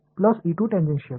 plus tangential